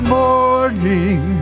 morning